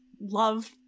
love